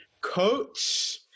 coach